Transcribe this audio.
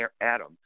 Adam